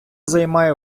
займає